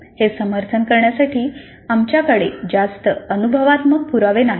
हे समर्थन करण्यासाठी आमच्याकडे जास्त अनुभवात्मक पुरावे नाहीत